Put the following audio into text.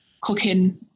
cooking